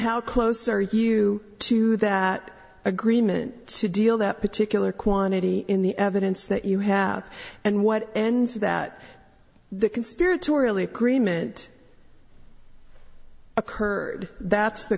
how close are you to that agreement to deal that particular quantity in the evidence that you have and what ends that the conspiratorially agreement occurred that's the